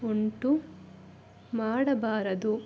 ಉಂಟು ಮಾಡಬಾರದು